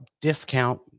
discount